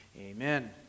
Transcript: Amen